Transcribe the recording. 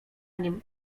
nim